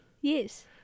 Yes